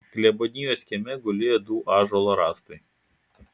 klebonijos kieme gulėjo du ąžuolo rąstai